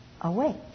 awake